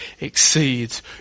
exceeds